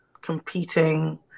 competing